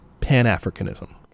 pan-Africanism